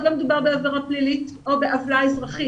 לא מדובר בעבירה פלילית או בעוולה אזרחית,